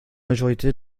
majorité